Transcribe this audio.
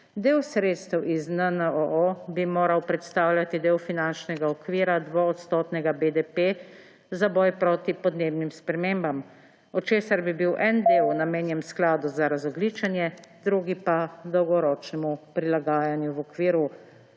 Del sredstev iz NNOO bi moral predstavljati del finančnega okvira 2-odstotnega BDP za boj proti podnebnim spremembam, od česar bi bil en del namenjen skladu za razogljičenje, drugi pa dolgoročnemu prilagajanju. V okviru